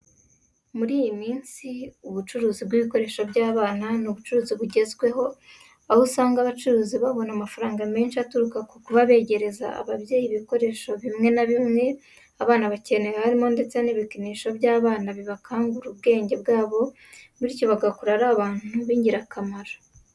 Muri iyi minsi ubucuruzi bw'ibikoresho by'abana ni ubucuruzi bugezweho aho usanga abacuruzi babona amafarnga menshi aturuka mu kuba begereza ababyeyi ibikoresho bimwe na bimwe abana bakenera, harimo ndetse n'ibikinisho by'abana bikangura ubwenge bwabo bityo bagakura ari abantu b'ingirakamaro.